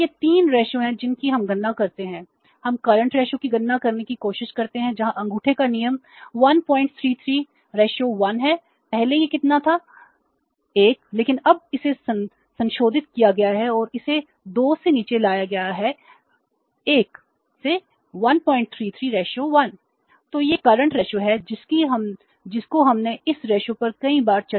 यह करंट रेशों की गणना करने की कोशिश करते हैं जहां अंगूठे का नियम 133 1 है पहले यह कितना 2 था 1 लेकिन अब इसे संशोधित किया गया है और इसे 2 से नीचे लाया गया है 1 से 133 1